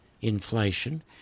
inflation